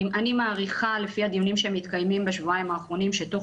אני מעריכה לפי הדיונים שמתקיימים בשבועיים האחרונים שבתוך